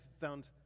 found